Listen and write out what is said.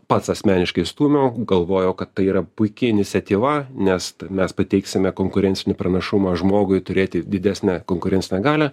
pats asmeniškai stūmiau galvojau kad tai yra puiki iniciatyva nes mes pateiksime konkurencinį pranašumą žmogui turėti didesnę konkurencinę galią